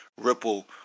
ripple